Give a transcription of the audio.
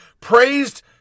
praised